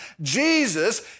Jesus